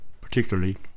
particularly